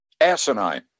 Asinine